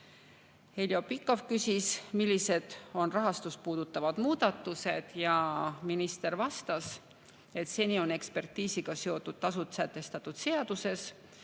Pikhof küsis, millised on rahastust puudutavad muudatused, ja minister vastas, et seni on ekspertiisiga seotud tasud sätestatud seaduses,